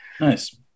Nice